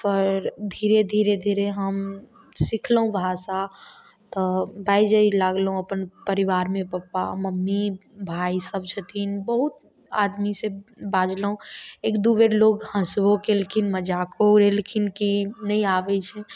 पर धीरे धीरे धीरे हम सिखलहुॅं भाषा तऽ बाजऽ लागलहुॅं अपन परिवारमे पप्पा मम्मी भाइ सभ छथिन बहुत आदमी से बाजलहुॅं एक दू बेर लोक हँसबो केलखिन मजाको उड़ेलखिन कि नहि आबै छै